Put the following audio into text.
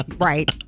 Right